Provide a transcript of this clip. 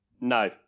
No